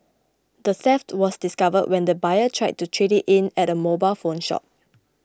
the theft was discovered when the buyer tried to trade it in at a mobile phone shop